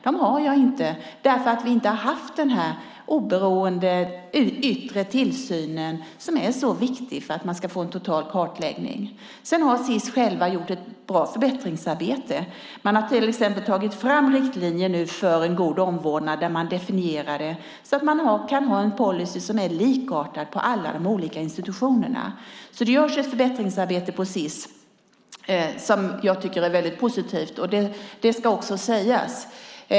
Dem har jag inte därför att vi inte har haft en oberoende yttre tillsyn, som är så viktig för att man ska få en total kartläggning. Sis har själv gjort ett bra förbättringsarbete. Man har till exempel tagit fram riktlinjer för en god omvårdnad där man definierar den, så att man kan ha en policy som är likartad på alla de olika institutionerna. Det görs ett förbättringsarbete på Sis som jag tycker är väldigt positivt. Det ska också sägas.